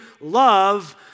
love